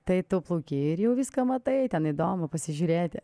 tai tu plauki ir jau viską matai ten įdomu pasižiūrėti